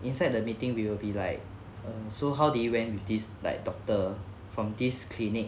inside the meeting we will be like oh so how they went with this like doctor from this clinic